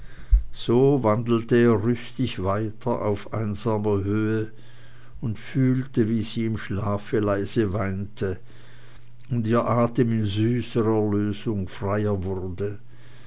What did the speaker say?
so wandelte er rüstig weiter auf einsamer höhe und fühlte wie sie im schlafe leise weinte und ihr atem in süßer erlösung freier wurde